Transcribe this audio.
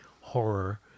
horror